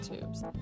tubes